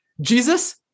Jesus